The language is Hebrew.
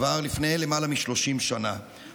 כבר לפני למעלה מ-30 שנה,